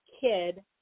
kid